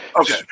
Okay